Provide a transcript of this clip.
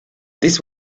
this